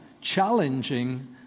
challenging